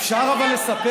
אבל, אפשר לספר?